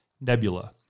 Nebula